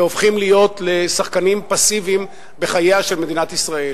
והופכים להיות לשחקנים פסיביים בחייה של מדינת ישראל.